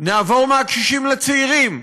נעבור מהקשישים לצעירים.